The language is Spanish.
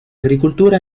agricultura